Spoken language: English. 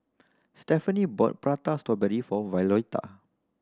Stefani bought Prata Strawberry for Violeta